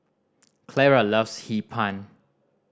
Clara loves Hee Pan